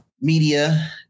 media